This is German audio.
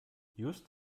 just